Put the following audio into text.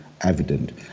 evident